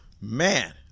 man